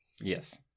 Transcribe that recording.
Yes